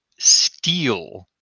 steal